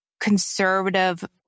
conservative